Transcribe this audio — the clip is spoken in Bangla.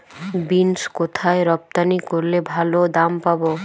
বিন্স কোথায় রপ্তানি করলে ভালো দাম পাব?